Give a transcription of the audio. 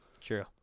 True